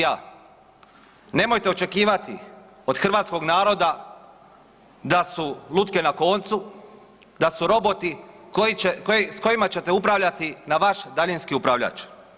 Nemojte očekivati od hrvatskog naroda da su lutke na koncu, da su roboti koji će, s kojima ćete upravljati na vaš daljinski upravljač.